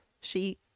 She-